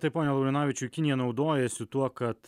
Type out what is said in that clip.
taip pone laurinavičiau kinija naudojasi tuo kad